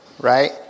Right